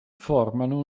formano